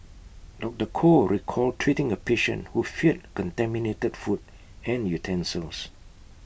doctor Koh recalled treating A patient who feared contaminated food and utensils